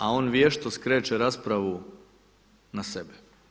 A on vješto skreće raspravu na sebe.